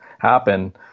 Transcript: happen